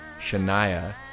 Shania